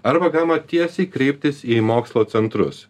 arba galima tiesiai kreiptis į mokslo centrus